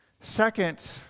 Second